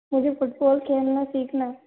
मुझे फ़ुटबॉल खेलना सीखना है